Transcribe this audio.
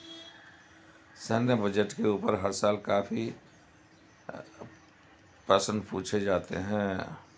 सैन्य बजट के ऊपर हर साल काफी प्रश्न पूछे जाते हैं